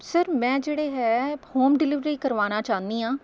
sir ਮੈਂ ਜਿਹੜੇ ਹੈ ਹੋਮ ਡਿਲਵਰੀ ਕਰਵਾਉਣਾ ਚਾਹੁੰਦੀ ਹਾਂ